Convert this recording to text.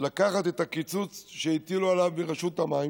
לקחת את הקיצוץ שהטילו עליו ברשות המים,